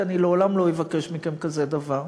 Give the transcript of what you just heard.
כי אני לעולם לא אבקש מכם כזה דבר.